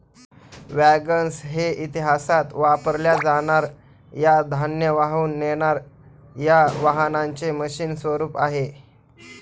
wagons हे इतिहासात वापरल्या जाणार या धान्य वाहून नेणार या वाहनांचे मशीन स्वरूप आहे